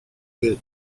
win